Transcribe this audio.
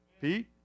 Pete